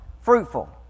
Fruitful